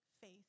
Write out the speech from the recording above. faith